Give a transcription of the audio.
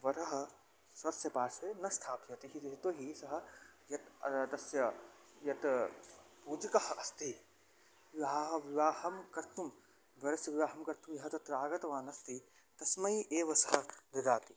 वरः स्वस्य पार्श्वे न स्थापयति यतो हि सः यत् तस्य यत् पूजकः अस्ति विवाहं विवाहं कर्तुं वरस्य विवाहं कर्तुं यः तत्र आगतवान् अस्ति तस्मै एव सः ददाति